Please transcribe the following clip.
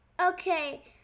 Okay